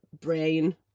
brain